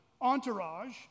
entourage